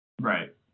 Right